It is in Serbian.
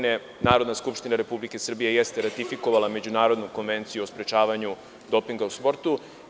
Narodna skupština Republike Srbije je ratifikovala Međunarodnu konvenciju o sprečavanju dopinga u sportu.